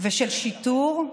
ושל שיטור.